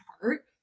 heart